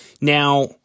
Now